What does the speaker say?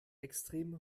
extrem